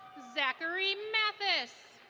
zachary matthis.